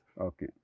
Okay